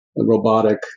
robotic